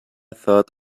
thought